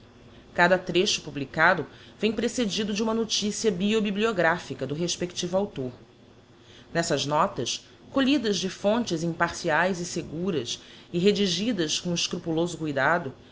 cada trecho publicado vem precedido de uma noticia bio bibliographica do respectivo auctor nessas notas colhidas de fontes imparciaes e seguras e redigidas com escrupuloso cuidado